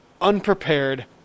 unprepared